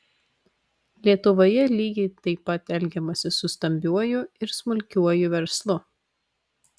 lietuvoje lygiai taip pat elgiamasi su stambiuoju ir smulkiuoju verslu